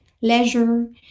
leisure